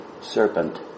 serpent